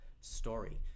story